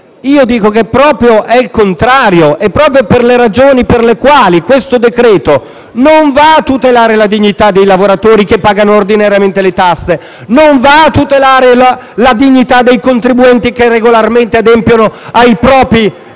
A mio avviso è il contrario, proprio per il fatto che il decreto-legge non va a tutelare la dignità dei lavoratori che pagano ordinariamente le tasse, non va a tutelare la dignità dei contribuenti che regolarmente adempiono ai propri doveri